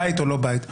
בית או לא בית,